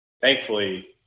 Thankfully